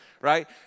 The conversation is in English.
Right